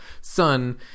son